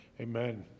Amen